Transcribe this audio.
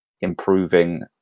improving